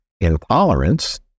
intolerance